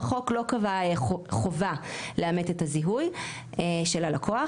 החוק לא קבע חובה לאמת את הזיהוי של הלקוח,